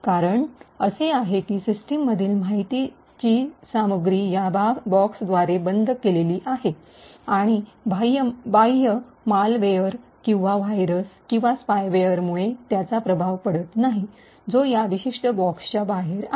कारण असे आहे की सिस्टममधील माहितीची सामग्री या बॉक्सद्वारे बंद केलेली आहे आणि बाह्य मालवेयर किंवा व्हायरस किंवा स्पायवेअरमुळे त्याचा प्रभाव पडत नाही जो या विशिष्ट बॉक्सच्या बाहेर आहे